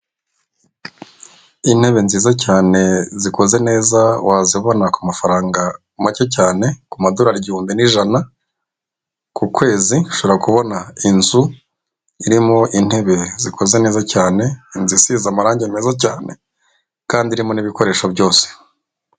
Intebe nziza cyane zikoze neza, wazibona ku mafaranga make cyane, ku madorari igihumbi n'ijana ku kwezi, ushobora kubona inzu irimo intebe zikoze neza cyane, inzu isize amarangi meza cyane, kandi irimo n'ibikoresho byose.